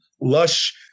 lush